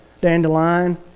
dandelion